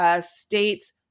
state's